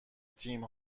تیم